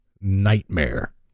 nightmare